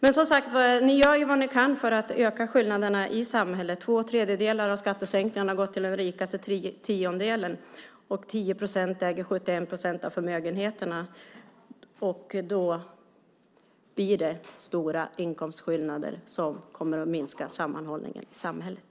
Ni gör vad ni kan för att öka skillnaderna i samhället. Två tredjedelar av skattesänkningarna har gått till den rikaste tiondelen, och 10 procent äger 71 procent av förmögenheterna. Då blir det stora inkomstskillnader som kommer att minska sammanhållningen i samhället.